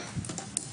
11:28.